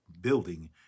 building